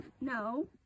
No